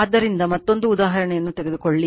ಆದ್ದರಿಂದ ಮತ್ತೊಂದು ಉದಾಹರಣೆಯನ್ನು ತೆಗೆದುಕೊಳ್ಳಿ